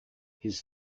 his